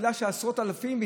תפילה של עשרות אלפים.